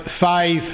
five